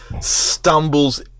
stumbles